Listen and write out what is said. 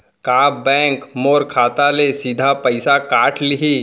का बैंक मोर खाता ले सीधा पइसा काट लिही?